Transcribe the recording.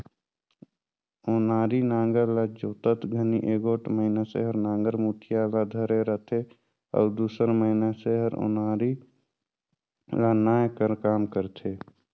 ओनारी नांगर ल जोतत घनी एगोट मइनसे हर नागर मुठिया ल धरे रहथे अउ दूसर मइनसे हर ओन्हारी ल नाए कर काम करथे